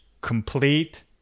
Complete